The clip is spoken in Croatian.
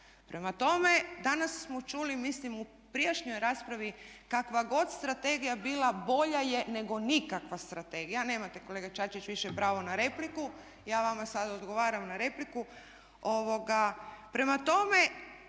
Prema tome, danas smo čuli mislim u prijašnjoj raspravi kakva god strategija bila bolja je nego nikakva strategija. Nemate kolega Čačić više pravo na repliku, ja vama sad odgovaram na repliku.